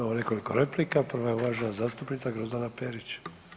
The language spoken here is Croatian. Imamo nekoliko replika, prva je uvažena zastupnica Grozdana Perić.